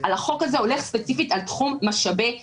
החוק הזה הולך ספציפית על תחום משאבי הטבע.